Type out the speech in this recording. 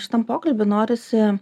šitam pokalby norisi